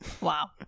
Wow